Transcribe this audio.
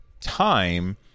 time